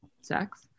sex